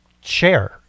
share